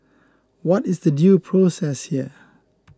what is the due process here